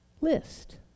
list